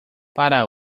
para